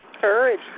courage